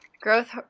Growth